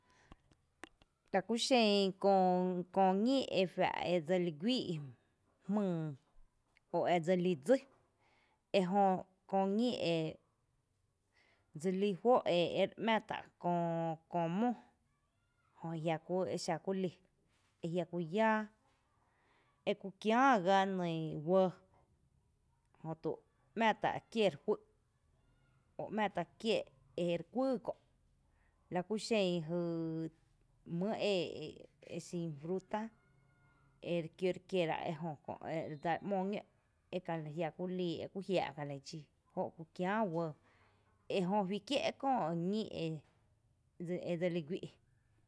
La kú xen köö ñí e fa’ edseli guíi’ jmyy o edselí dsi ejö köö ñí e dse lí juó’ ere ´mⱥ tá’ köö mó jö exa kulí ajia ku yáá’ eku kiäa gá e nyy uɇɇ mⱥ tá kie re juý´’ o mⱥ tá kie re kuýy kö’ la kú xen jy mýyý e xin frúta ere kiǿ re kiera, ejö kö’ edsal ´mo ñǿ’ eajia’ kuli jiaa’ Kali dxí la joo’ kú kiää uɇɇ ejö juí kié’ köö ñí e dseli guí’.